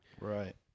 Right